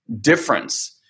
difference